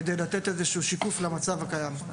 כדי לתת איזשהו שיקוף למצב הקיים.